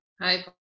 Hi